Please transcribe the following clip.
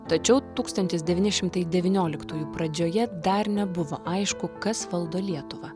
tačiau tūkstantis devyni šimtai devynioliktųjų pradžioje dar nebuvo aišku kas valdo lietuvą